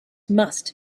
must